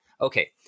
Okay